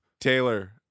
Taylor